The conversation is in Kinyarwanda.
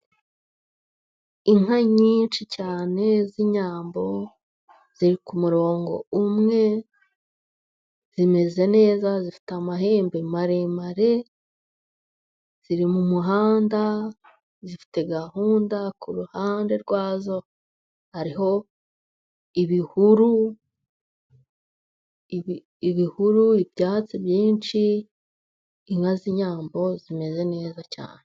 Inka nyinshi cyane z'inyambo ziri ku murongo umwe, zimeze neza, zifite amahembe maremare, ziri mu muhanda zifite, gahunda, ku ruhande rwa zo hariho ibihuru, ibihuru, ibyatsi byinshi, inka z'inyambo zimeze neza cyane.